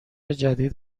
جدید